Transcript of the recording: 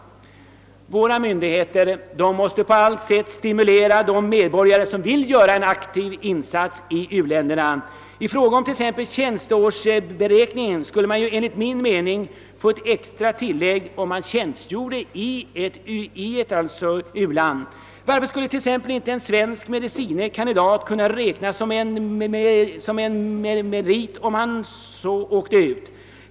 Våra myndigheter måste på allt sätt stimulera de medborgare som vill göra en aktiv insats i u-länderna. Beträffande tjänsteårsberäkningen borde man t.ex. enligt min mening få ett extra tilllägg vid tjänstgöring i ett u-land. Varför skall inte varje svensk medicine kandidat få räkna som en merit att han reser ut till ett u-land?